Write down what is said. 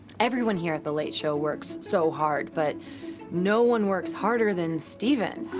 everyone here at the late show works so hard, but no one works harder than stephen.